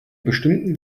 bestimmten